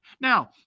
Now